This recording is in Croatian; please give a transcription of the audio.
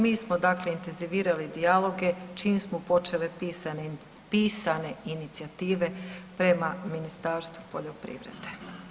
Mi smo dakle intenzivirali dijaloge čim smo počele pisanim, pisane inicijative prema Ministarstvu poljoprivrede.